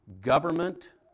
Government